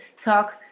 talk